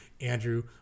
Andrew